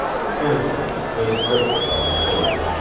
fiercely mckay gripped her by the shoulder.